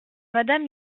madame